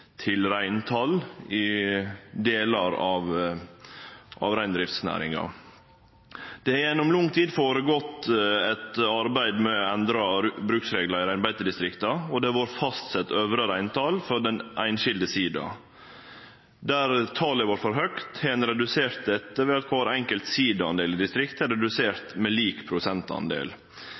reintal i delar av reindriftsnæringa. Det har gjennom lang tid gått føre seg eit arbeid med å endre bruksreglar i reinbeitedistrikta, og det har vore fastsett øvre reintal for den einskilde siidaen. Der talet har vore for høgt, har ein redusert dette ved at kvar enkelt siidadel i eit distrikt har redusert med lik